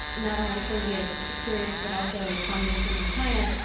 not only soviet experience, but also communism in china.